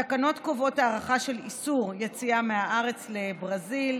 התקנות קובעות הארכה של איסור יציאה מהארץ לברזיל,